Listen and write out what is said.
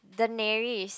Daenerys